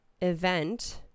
event